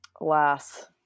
alas